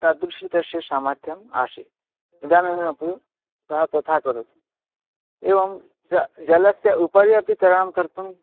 तादृशं तस्य सामर्थ्यम् आसीत् इदानीमपि सः तथा करोति एवं जलं जलस्य उपरि अपि तरणं कर्तुं